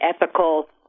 ethical